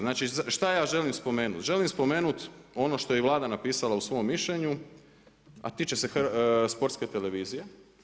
Znači šta ja želim spomenut, želim spomenut ono što je Vlada napisala u svom mišljenju, a tiče se Sportske televizije.